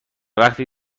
وقتی